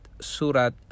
Surat